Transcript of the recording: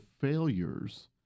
failures